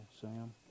Sam